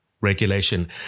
regulation